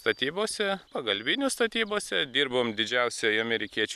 statybose pagalbiniu statybose dirbom didžiausioj amerikiečių